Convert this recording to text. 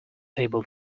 able